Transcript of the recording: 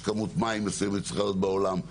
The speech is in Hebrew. יש כמות מים שצריכה להיות בעולם,